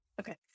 Okay